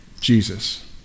Jesus